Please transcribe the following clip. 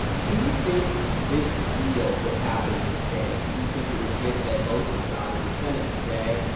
do you think this deal would happen today? do you think it would get the votes it got in the senate today?